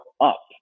up